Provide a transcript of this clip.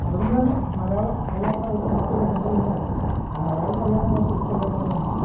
അത് കൊണ്ട് തന്നെ മലയാളം അറിയാത്ത ഒരു വ്യക്തി എന്റെ ഫ്രണ്ടില് വന്നാല് ഞാന് അയാള്ക്ക് അറിയാവുന്ന ഭാഷ എനിക്ക് അറിയാമോന്നെ ഞാന് നോക്കുകയുള്ളൂ